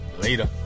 Later